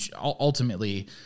ultimately